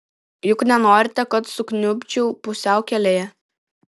juk nenorite kad sukniubčiau pusiaukelėje